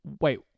Wait